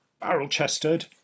barrel-chested